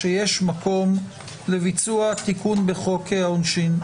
שיש מקום לביצוע תיקון בחוק העונשין.